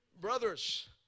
brothers